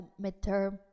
midterm